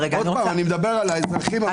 אני מדבר על האזרחים הממוצעים.